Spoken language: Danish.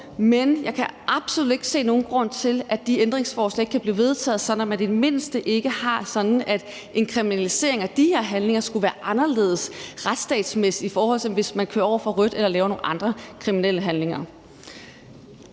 men jeg kan absolut ikke se nogen grund til, at de her ændringsforslag ikke kan blive vedtaget, sådan at det i det mindste ikke er sådan, at en kriminalisering af de her handlinger skulle være retsstatsmæssigt anderledes end kriminaliseringen af at køre over for rødt eller af andre handlinger.